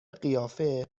قیافه